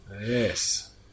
Yes